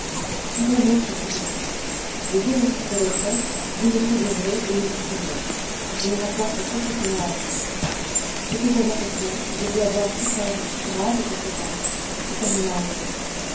plus un mot sur tout ceci le jour où vous serez prêt vous nous préviendrez et nous vous suivrons je m'en rapporte complètement à vous cette conversation qui devait avoir plus tard de si graves conséquences se termina ainsi